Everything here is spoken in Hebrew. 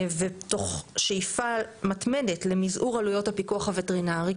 ושאיפה מתמדת למזעור עלויות הפיקוח הווטרינרי.